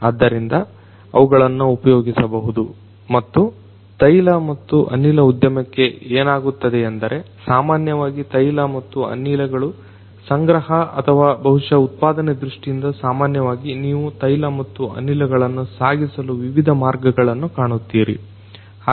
ಆದ್ದರಿಂದ ಅವುಗಳನ್ನ ಉಪಯೋಗಿಸಬಹುದು ಮತ್ತು ತೈಲ ಮತ್ತು ಅನಿಲ ಉದ್ಯಮಕ್ಕೆ ಏನಾಗುತ್ತದೆಯೆಂದರೆ ಸಾಮನ್ಯವಾಗಿ ತೈಲ ಮತ್ತು ಅನಿಲಗಳು ಸಂಗ್ರಹ ಅಥವಾ ಬಹುಶ ಉತ್ಪಾದನೆಯ ದೃಷ್ಠಿಯಿಂದ ಸಾಮನ್ಯವಾಗಿ ನೀವು ತೈಲ ಮತ್ತು ಅನಿಲಗಳನ್ನ ಸಾಗಿಸಲು ವಿವಿಧ ಮಾರ್ಗಗಳನ್ನ ಕಾಣುತ್ತೀರಿ